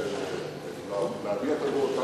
היכולת להביע דעות.